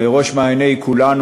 בראש מעייני כולנו,